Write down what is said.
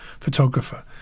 photographer